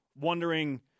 wondering